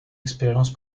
expérience